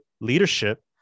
leadership